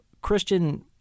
Christian